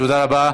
תודה רבה.